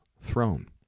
throne